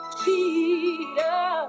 cheater